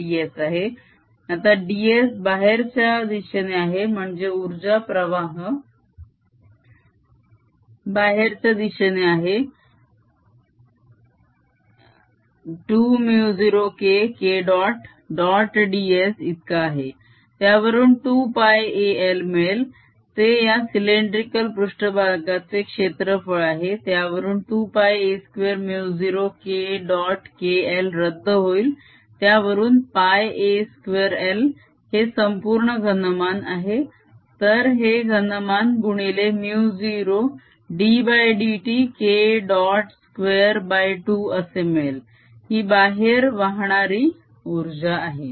ds आहे आता ds बाहेरच्या दिशेने आहे म्हणजे उर्जा प्रवाह बाहेरच्या दिशेने आहे तो आहे 2μ0 K K dot dot ds इतका आहे त्यावरून 2πaL मिळेल ते या सिलेन्ड्रीकल पृष्ट्भागाचे क्षेत्रफळ आहे त्यावरून 2 πa2μ0 K डॉटKL रद्द होईल त्यावरून πa2L हे संपूर्ण घनमान आहे तर हे घनमान गुणिले μ0 ddtKडॉट 22 असे मिळेल ही बाहेर वाहणारी उर्जा आहे